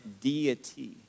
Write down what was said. deity